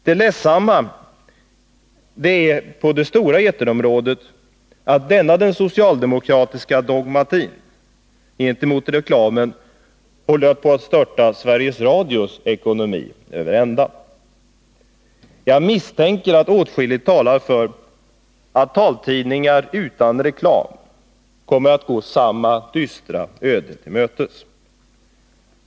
Det ledsamma är att denna socialdemokratiska dogmatik gentemot reklamen på det stora eterområdet håller på att störta Sveriges Radios ekonomi över ända. Och jag misstänker att åtskilligt talar för att taltidningar utan reklam kommer att gå samma dystra öde till mötes.